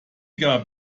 gab